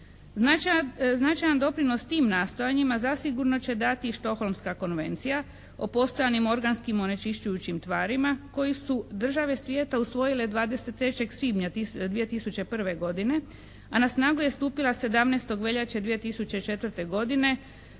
Značajan doprinos tim nastojanjima zasigurno će dati Stockholmska konvencija o postojanim organskim onečišćujućim tvarima koji su države svijeta usvojile 23. svibnja 2001. godine, a na snagu je stupila 17. veljače 2004. godine